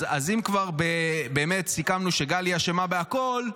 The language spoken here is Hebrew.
אז אם כבר באמת סיכמנו שגלי אשמה בכול,